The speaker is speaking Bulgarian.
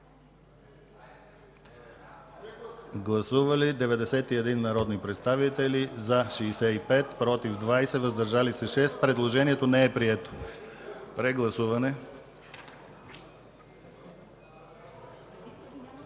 Гласували 93 народни представители: за 66, против 23, въздържали се 4. Предложението не е прието. Дебатите